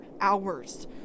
hours